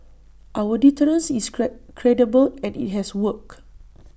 our deterrence is credible and IT has worked